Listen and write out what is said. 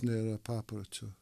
nėra papročio